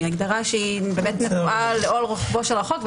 היא הגדרה לכל רוחבו של החוק,